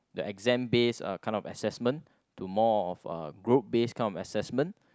the exam based uh kind of assessment to more of a group based kind of assessment